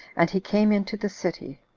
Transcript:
and he came into the city.